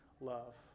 love